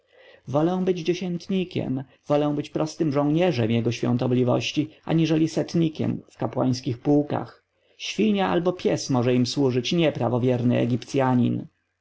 wolę być dziesiętnikiem wolę być prostym żołnierzem jego świątobliwości aniżeli setnikiem w kapłańskich pułkach świnia albo pies może im służyć nie prawowierny egipcjanin